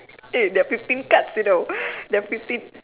eh there are fifteen cards you know there are fifteen